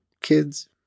kids